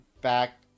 back